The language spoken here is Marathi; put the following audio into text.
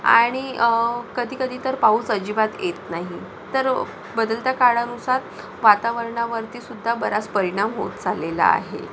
आणि कधीकधी तर पाऊस अजिबात येत नाही तर बदलत्या काळानुसार वातावरणावरती सुद्धा बराच परिणाम होत चाललेला आहे